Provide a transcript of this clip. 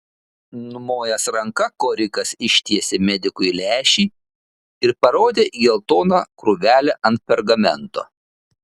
numojęs ranka korikas ištiesė medikui lęšį ir parodė į geltoną krūvelę ant pergamento